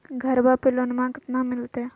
घरबा पे लोनमा कतना मिलते?